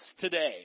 today